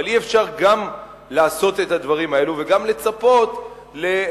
אבל אי-אפשר גם לעשות את הדברים האלה וגם לצפות לאיזו